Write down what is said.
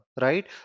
right